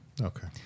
okay